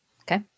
Okay